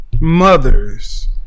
mothers